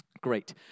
Great